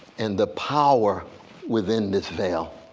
and the power within this veil,